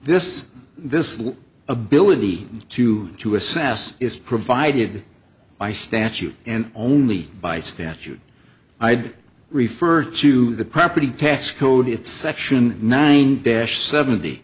this the ability to to assess is provided by statute and only by statute i'd refer to the property tax code it's section nine dash seventy